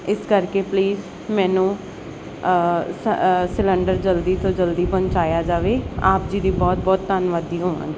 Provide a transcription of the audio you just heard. ਇਸ ਕਰਕੇ ਪਲੀਸ ਮੈਨੂੰ ਸ ਸਿਲੰਡਰ ਜਲਦੀ ਤੋਂ ਜਲਦੀ ਪਹੁੰਚਾਇਆ ਜਾਵੇ ਆਪ ਜੀ ਦੀ ਬਹੁਤ ਬਹੁਤ ਧੰਨਵਾਦੀ ਹੋਵਾਂਗੀ